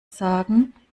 sagen